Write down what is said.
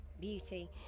beauty